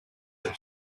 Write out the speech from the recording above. than